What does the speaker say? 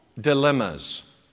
dilemmas